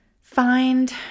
find